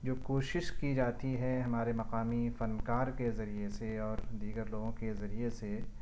جو کوشش کی جاتی ہے ہمارے مقامی فنکار کے ذریعے سے اور دیگر لوگوں کے ذریعے سے